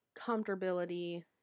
comfortability